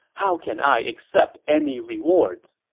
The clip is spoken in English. how can i accept any rewards?